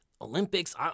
Olympics